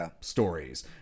stories